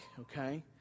okay